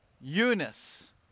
Eunice